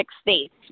states